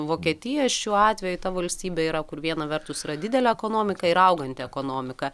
vokietija šiuo atveju ta valstybė yra kur viena vertus yra didelė ekonomika ir auganti ekonomika